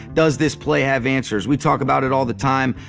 does this play have answers? we talk about it all the time.